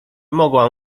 mogłam